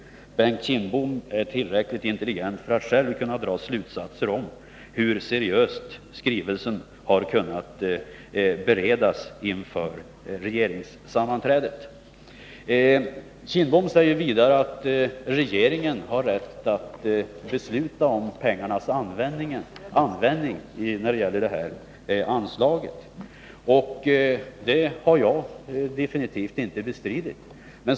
Bengt Kindbom är tillräckligt intelligent för att själv kunna avgöra hur seriöst skrivelsen har kunnat beredas inför regeringssammanträdet. Bengt Kindbom säger vidare att regeringen har rätt att besluta om pengarnas användning när det gäller det här anslaget. Detta har jag absolut inte bestritt.